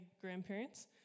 grandparents